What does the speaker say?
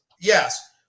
Yes